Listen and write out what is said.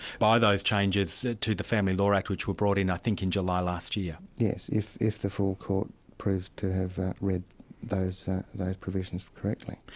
by those changes to the family law act which were brought in i think in july last year? yes, if if the full court proved to have read those those provisions correctly.